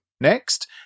next